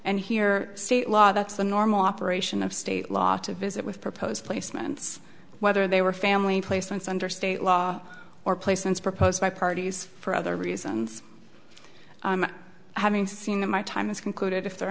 and here state law that's the normal operation of state law to visit with proposed placements whether they were family placements under state law or placements proposed by parties for other reasons having seen that my time is concluded if there are